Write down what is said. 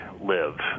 live